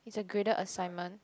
it's a graded assignment